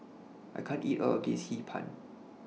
I can't eat All of This Hee Pan